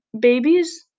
babies